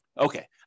Okay